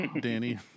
Danny